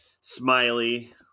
Smiley